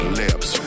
lips